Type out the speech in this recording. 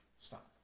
Stop